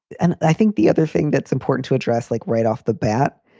and i think the other thing that's important to address, like right off the bat,